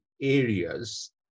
areas